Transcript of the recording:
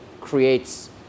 creates